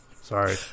Sorry